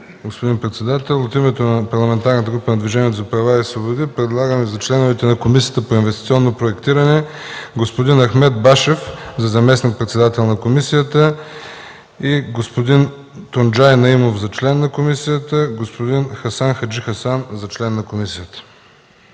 Господин председател, уважаеми колеги! От името на Парламентарната група на Движението за права и свободи предлагам за членове на Комисията по инвестиционно проектиране господин Ахмед Башев – за заместник-председател на комисията, господин Тунджай Наимов – за член на комисията, и господин Хасан Хаджихасан – за член на комисията.